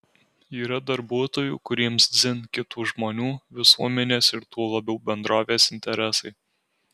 yra darbuotojų kuriems dzin kitų žmonių visuomenės ir tuo labiau bendrovės interesai